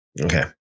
Okay